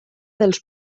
dels